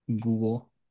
Google